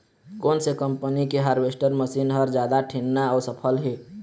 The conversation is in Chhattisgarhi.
कोन से कम्पनी के हारवेस्टर मशीन हर जादा ठीन्ना अऊ सफल हे?